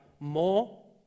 more